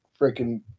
freaking